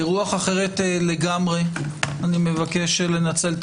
ברוח אחרת לגמרי אני מבקש לנצל את